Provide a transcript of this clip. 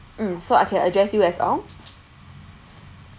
mm so I can address you as ong